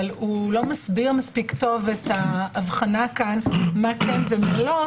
אבל הוא לא מסביר מספיק טוב את ההבחנה כאן מה כן ומה לא,